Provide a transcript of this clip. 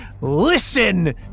listen